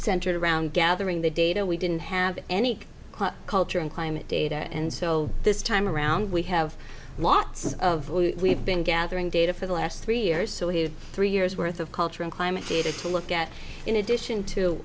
centered around gathering the data we didn't have any culture and climate data and so this time around we have lots of we've been gathering data for the last three years so he had three years worth of culture and climate data to look at in addition to